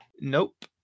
Nope